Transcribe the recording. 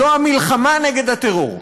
זה המלחמה נגד הטרור.